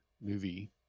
movie